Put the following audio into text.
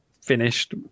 finished